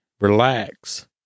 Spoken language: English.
relax